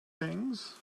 things